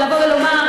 כדי לבוא ולומר,